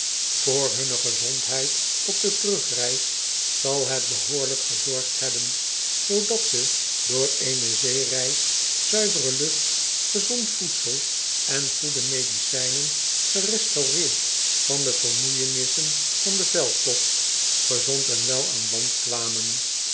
voor hunne gezondheid op de terugreis zal het behoorlijk gezorgd hebben zoodat ze door eene zeereis zuivere lucht gezond voedsel en goede medicijnen gerestaureerd van de vermoeienissen van den veldtocht gezond en wel aan land kwamen